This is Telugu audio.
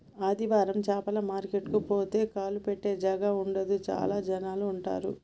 ఆదివారం చాపల మార్కెట్ కు పోతే కాలు పెట్టె జాగా ఉండదు చాల జనాలు ఉంటరు